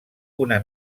una